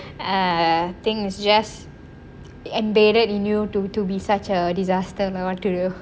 um things just embedded in you to to be such a disaster what to do